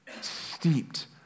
steeped